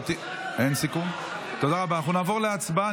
אנחנו נעבור להצבעה.